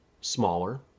smaller